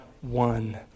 one